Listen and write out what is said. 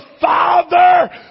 Father